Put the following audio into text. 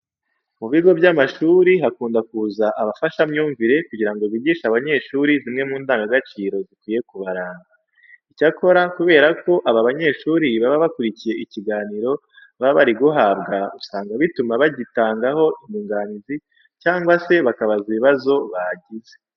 Mu bigo by'amashuri hakunda kuza abafashamyumvire kugira ngo bigishe abanyeshuri zimwe mu ndangagaciro zikwiye kubaranga. Icyakora kubera ko aba banyeshuri baba bakurikiye ikiganiro baba bari guhabwa, usanga bituma bagitangaho inyunganizi cyangwa se bakabaza ibibazo bagize.